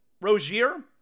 Rozier